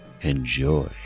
enjoy